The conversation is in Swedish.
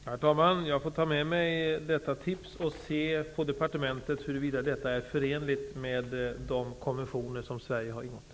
Herr talman! Jag får ta med mig detta tips till departementet och se huruvida detta är förenligt med de konventioner som Sverige har undertecknat.